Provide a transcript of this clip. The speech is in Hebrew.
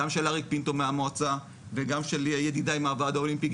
גם של אריק פינטו מהמועצה וגם של ידידיי מהוועד האולימפי,